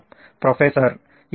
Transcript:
professor ಇನ್ನೇನು